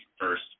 first